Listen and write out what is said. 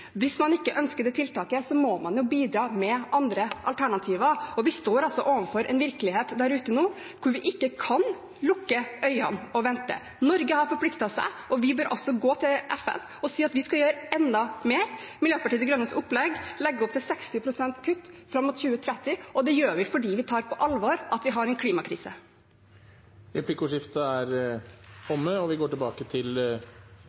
Hvis man ikke ønsker det tiltaket, må man bidra med andre alternativer. Vi står nå overfor en virkelighet der ute der vi ikke kan lukke øynene og vente. Norge har forpliktet seg. Vi bør gå til FN og si at vi skal gjøre enda mer. Miljøpartiet De Grønnes opplegg legger opp til 60 pst. kutt fram mot 2030, og det gjør vi fordi vi tar på alvor at vi har en klimakrise. Replikkordskiftet er